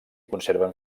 conserven